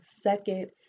second